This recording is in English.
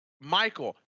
michael